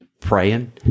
praying